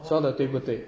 说的对不对